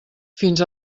fins